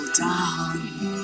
down